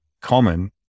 common